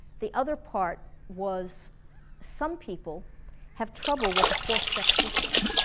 the other part was some people have trouble with the four step sequence